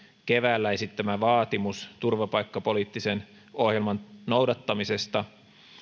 keväällä esittämä vaatimus turvapaikkapoliittisen ohjelman noudattamisesta